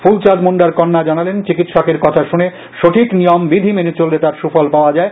ফুলচাঁদ মুন্ডার কন্যা জানালেন চিকিৎসকের কথা শুনে সঠিক নিয়মবিধি মেনে চললে তার সুফল পাওয়া যায়